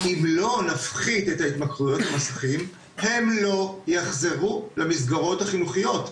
אם לא נפחית את ההתמכרויות למסכים הם אל יחזרו למסגרות החינוכיות.